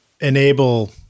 enable